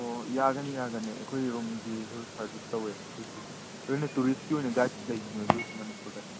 ꯑꯣ ꯌꯥꯒꯅꯤ ꯌꯥꯒꯅꯤ ꯑꯩꯈꯣꯏꯒꯤ ꯔꯨꯝꯒꯤꯁꯨ ꯁꯥꯔꯕꯤꯁ ꯇꯧꯋꯦ ꯑꯩꯈꯣꯏꯒꯤ ꯑꯗꯨꯅ ꯇꯨꯔꯤꯁꯀꯤ ꯑꯣꯏꯅ ꯒꯥꯏꯗ ꯂꯩꯗꯅ ꯑꯩꯈꯣꯏ ꯃꯅꯤꯄꯨꯔꯗ